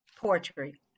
poetry